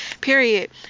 period